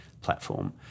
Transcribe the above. platform